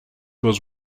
was